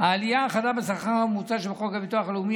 העלייה החדה בשכר הממוצע שבחוק הביטוח הלאומי